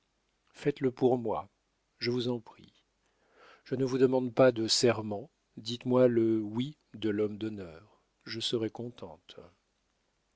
faites-le pour moi je vous en prie je ne vous demande pas de serment dites-moi le oui de l'homme d'honneur je serai contente